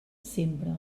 sempre